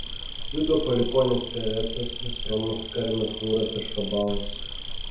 judo palikuonys perecas esromas karmis hūras ir šobalas